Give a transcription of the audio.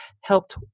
helped